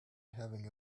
having